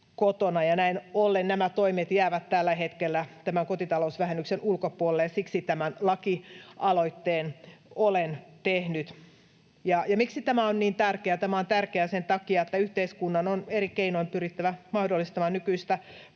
nämä toimet jäävät tällä hetkellä tämän kotitalousvähennyksen ulkopuolelle, ja siksi tämän laki-aloitteen olen tehnyt. Miksi tämä on niin tärkeä? Tämä on tärkeää sen takia, että yhteiskunnan on eri keinoin pyrittävä mahdollistamaan nykyistä paremmin